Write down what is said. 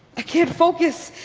i can't focus.